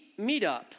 Meetup